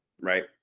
right